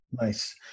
Nice